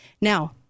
Now